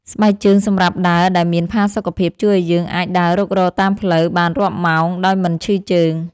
ស្បែកជើងសម្រាប់ដើរដែលមានផាសុខភាព ជួយឱ្យយើងអាចដើររុករកតាមផ្លូវបានរាប់ម៉ោងដោយមិនឈឺជើង។